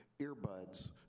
earbuds